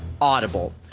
Audible